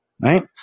right